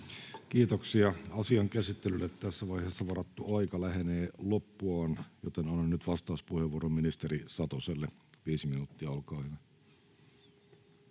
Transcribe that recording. Kiitoksia. — Asian käsittelylle tässä vaiheessa varattu aika lähenee loppuaan, joten annan nyt vastauspuheenvuoron ministeri Satoselle, viisi minuuttia, olkaa hyvä.